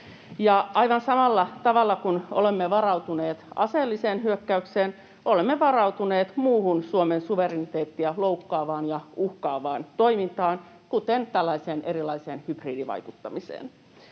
aivan samalla tavalla kuin olemme varautuneet aseelliseen hyökkäykseen, olemme varautuneet muuhun Suomen suvereniteettiä loukkaavaan ja uhkaavaan toimintaan, kuten tällaiseen erilaiseen hybridivaikuttamiseen.